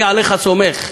אני עליך סומך.